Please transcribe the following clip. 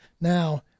now